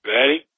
Ready